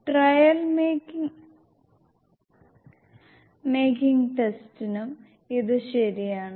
trial making ടെസ്റ്റിനും ഇത് ശരിയാണ്